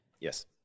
Yes